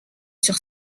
sur